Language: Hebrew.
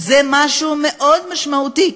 זה משהו מאוד משמעותי.